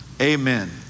Amen